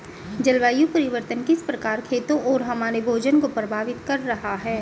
जलवायु परिवर्तन किस प्रकार खेतों और हमारे भोजन को प्रभावित कर रहा है?